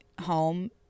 home